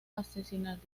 asesinarlo